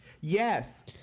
Yes